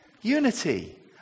Unity